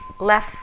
left